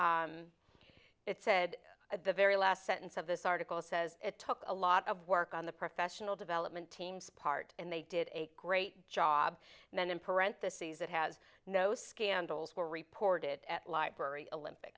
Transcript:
said at the very last sentence of this article says it took a lot of work on the professional development teams part and they did a great job and then in parentheses it has no scandals were reported at library olympic